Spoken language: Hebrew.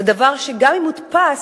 זה דבר שגם אם הודפס,